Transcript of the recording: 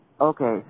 Okay